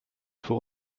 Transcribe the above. für